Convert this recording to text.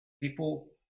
People